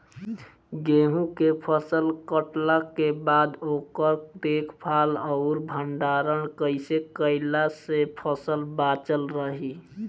गेंहू के फसल कटला के बाद ओकर देखभाल आउर भंडारण कइसे कैला से फसल बाचल रही?